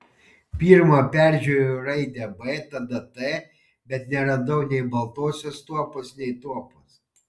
pirma peržiūrėjau raidę b tada t bet neradau nei baltosios tuopos nei tuopos